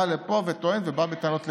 בא לפה וטוען ובא בטענות נגדי.